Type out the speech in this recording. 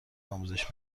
آموزش